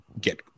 get